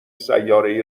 سیارهای